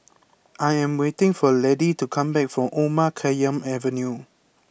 I am waiting for Laddie to come back from Omar Khayyam Avenue